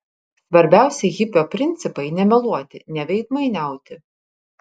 svarbiausi hipio principai nemeluoti neveidmainiauti